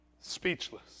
Speechless